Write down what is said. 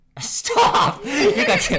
Stop